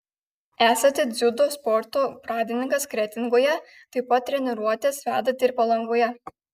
esate dziudo sporto pradininkas kretingoje taip pat treniruotes vedate ir palangoje